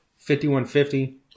5150